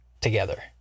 together